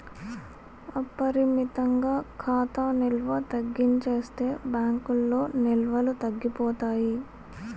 అపరిమితంగా ఖాతా నిల్వ తగ్గించేస్తే బ్యాంకుల్లో నిల్వలు తగ్గిపోతాయి